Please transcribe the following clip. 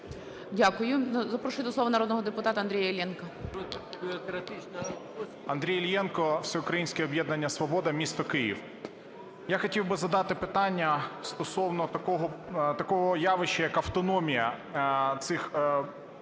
Дякую. Запрошую до слова народного депутата Андрія Іллєнка. 16:33:44 ІЛЛЄНКО А.Ю. Андрій Іллєнко, Всеукраїнське об'єднання "Свобода", місто Київ. Я хотів би задати питання стосовно такого явища, як автономія цих